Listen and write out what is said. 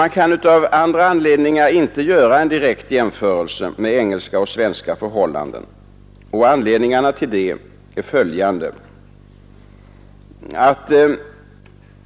Man kan dock av andra anledningar inte göra en direkt jämförelse mellan engelska och svenska förhållanden. Skälen är följande.